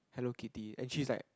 Hello-Kitty actually is like